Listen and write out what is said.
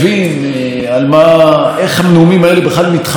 עם הטענות שאתם מעלים פה בהצעת האי-אמון.